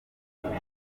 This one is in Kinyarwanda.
umuntu